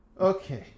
okay